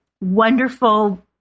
wonderful